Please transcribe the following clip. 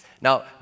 Now